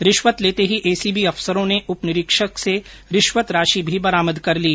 रिश्वत लेते ही एसीबी अफसरों ने उप निरीक्षक से रिश्वत राशि भी बरामद कर ली